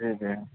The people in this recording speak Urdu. جی جی